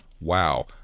wow